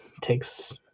takes